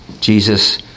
Jesus